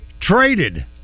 traded